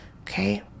okay